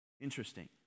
Interesting